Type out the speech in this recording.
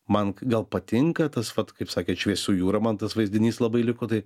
man gal patinka tas vat kaip sakėt šviesų jūra man tas vaizdinys labai liko tai